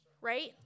right